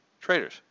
traders